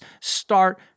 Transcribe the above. start